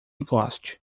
goste